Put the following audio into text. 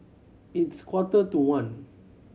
its quarter to one